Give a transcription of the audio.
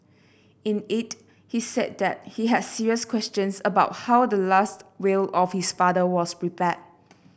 in it he said that he had serious questions about how the last will of his father was prepared